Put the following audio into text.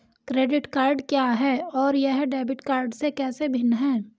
Credit card क्या है और यह डेबिट कार्ड से कैसे भिन्न है?